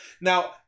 Now